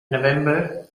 november